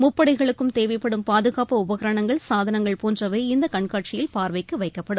முப்படைகளுக்கும் தேவைப்படும் பாதுகாப்பு உபகரணங்கள் சாதனங்கள் போன்றவை இந்த கண்காட்சியில் பார்வைக்கு வைக்கப்படும்